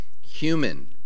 human